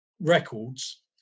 records